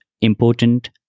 important